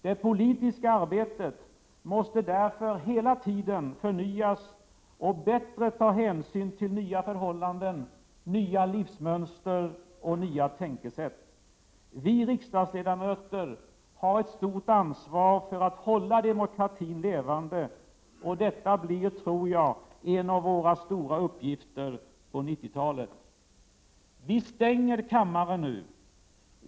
Det politiska arbetet måste därför hela tiden förnyas och bättre ta hänsyn till nya förhållanden, nya livsmönster och nya tänkesätt. Vi riksdagsledamöter har ett stort ansvar för att hålla demokratin levande. Detta blir, tror jag, en av våra stora uppgifter på 90-talet. Vi stänger kammaren nu.